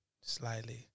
Slightly